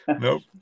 Nope